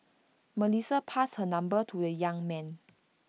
Melissa passed her number to the young man